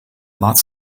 lots